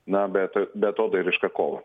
na bet beatodairišką kovą